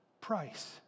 price